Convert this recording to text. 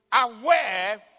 aware